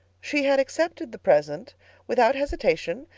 she had accepted the present without hesitation,